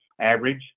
average